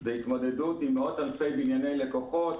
התמודדות עם מאות אלפי בנייני לקוחות,